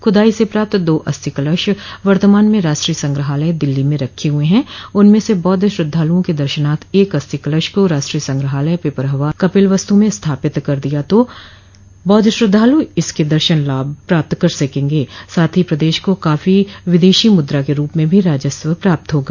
खूदाई से प्राप्त दो अस्थि कलश वर्तमान में राष्ट्रीय संग्रहालय दिल्ली में रखे हुए हैं उनमें से बौद्ध श्रद्धालुओं के दर्शनाथ एक अस्थि कलश को राष्ट्रीय संग्रहालय पिपरहवा कपिलवस्तु में स्थापित कर दिया तो बौद्ध श्रद्धालु इसके दर्शन लाभ प्राप्त कर सकेंगे साथ ही प्रदेश को काफी विदेशी मुद्रा के रूप में राजस्व भी प्राप्त होगा